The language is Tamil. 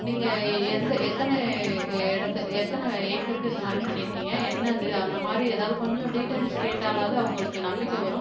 நீங்கள் எந்த எத்தனை இடத்த எத்தனை ஏக்கருக்கு இந்தமாதிரி பண்ணிருக்கிங்க என்னது அந்தமாதிரி எதாவது கொஞ்சம் டீடைல்ஸ் கேட்டாலாவது அவங்களுக்கு நம்பிக்கை வரும்